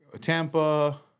Tampa